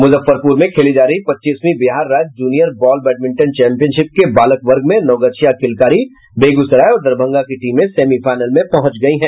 मुजफ्फरपुर में खेली जा रही पच्चीसवीं बिहार राज्य जूनियर बॉल बैडमिंटन चैंपियनशिप के बालक वर्ग में नवगछिया किलकारी बेगूसराय और दरभंगा की टीमें सेमीफाइनल में पहुंच गयी है